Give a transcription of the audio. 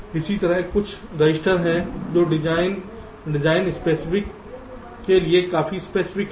इसी तरह कुछ रजिस्टर हैं जो डिजाइन डिजाइन स्पेसिफिक के लिए बहुत स्पेसिफिक हैं